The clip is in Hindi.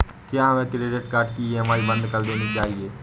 क्या हमें क्रेडिट कार्ड की ई.एम.आई बंद कर देनी चाहिए?